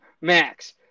max